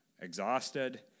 exhausted